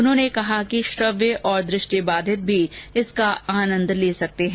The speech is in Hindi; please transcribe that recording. उन्होंने कहा कि श्रव्य ओर दृष्टि बाधित भी इसका आनंद ले सकते हैं